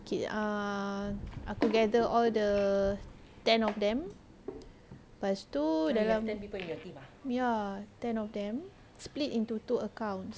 ah aku gather all the ten of them lepas tu dalam ya ten of them split into two accounts